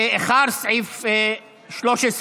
לאחר סעיף 13,